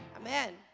Amen